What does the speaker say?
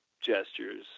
gestures